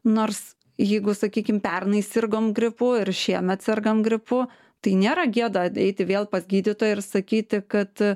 nors jeigu sakykim pernai sirgom gripu ir šiemet sergam gripu tai nėra gėda eiti vėl pas gydytoją ir sakyti kad